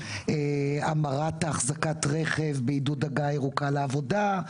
המרת אחזקת רכב בעידוד הגעה ירוקה לעבודה.